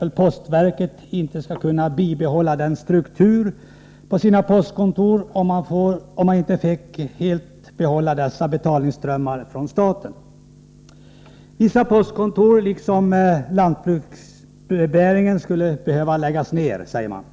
att postverket inte skulle kunna bibehålla den nuvarande strukturen på postkontoren, om verket inte helt fick handha betalningsströmmarna från staten. Vissa postkontor liksom lantbrevbäringen skulle behöva läggas ned, säger man.